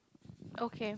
okay